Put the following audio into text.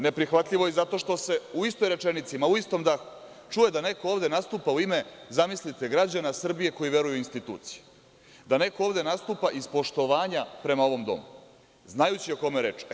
Neprihvatljivo je zato što se u istoj rečenici, ma u istom dahu, čuje da neko ovde nastupa u ime, zamislite, građana Srbije koji veruju u institucije, da neko ovde nastupa iz poštovanja prema ovom domu, znajući o kome je reč.